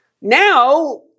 now